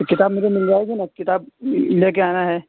تو کتاب مجھے مل جائے گی نا کتاب لے کے آنا ہے